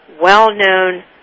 well-known